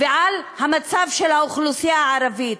ועל המצב של האוכלוסייה הערבית,